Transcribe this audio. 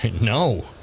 No